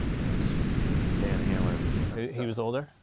and it was van halen he was older?